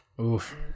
Oof